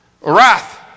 Wrath